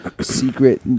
secret